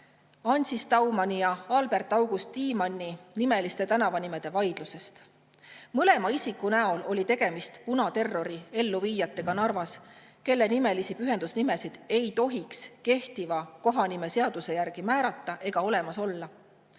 Ancis Daumani ja Albert-August Tiimanni tänav. Mõlema isiku näol oli tegemist punaterrori elluviijatega Narvas, kelle nimelisi pühendusnimesid ei tohiks kehtiva kohanimeseaduse järgi määrata ega olemas olla.